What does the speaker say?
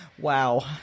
wow